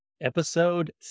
Episode